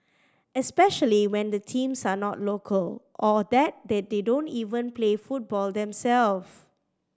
especially when the teams are not local or that they they don't even play football themselves